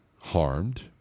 harmed